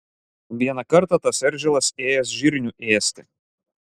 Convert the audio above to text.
vieną kartą tas eržilas ėjęs žirnių ėsti